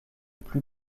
plus